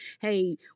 Hey